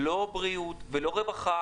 לא בריאות ולא רווחה.